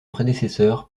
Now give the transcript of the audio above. prédécesseur